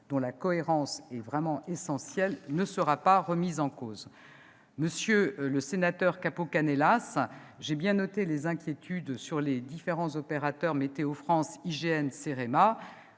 dont la cohérence est absolument essentielle, ne sera pas remis en cause. Monsieur le sénateur Capo-Canellas, j'ai bien noté les inquiétudes sur les différents opérateurs que sont Météo France, l'IGN,